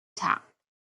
剧场